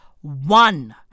one